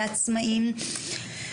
לעצמאים.